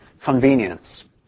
convenience